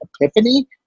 epiphany